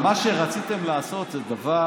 רציתם לעשות זה הדבר